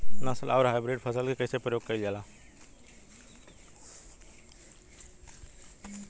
नस्ल आउर हाइब्रिड फसल के कइसे प्रयोग कइल जाला?